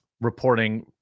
reporting